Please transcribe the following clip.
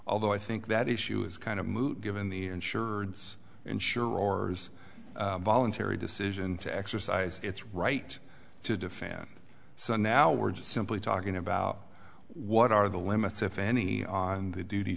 although i think that issue is kind of moot given the insured insurers voluntary decision to exercise its right to defend so now we're just simply talking about what are the limits if any on